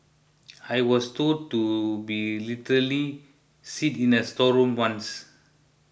I was told to be literally sit in a storeroom once